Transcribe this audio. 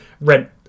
rent